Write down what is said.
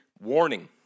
warning